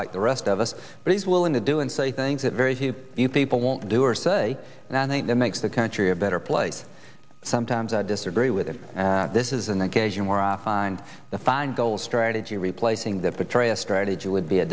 like the rest of us but he's willing to do and say things that very few people won't do or say and i think that makes the country a better place sometimes i disagree with him and this is an occasion where i find the feingold strategy replacing that betray a strategy would be a